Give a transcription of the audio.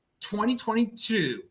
2022